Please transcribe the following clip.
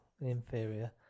inferior